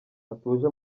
hatuje